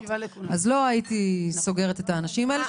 לא הייתי סוגרת את האנשים האלה,